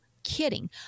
Kidding